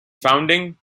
founding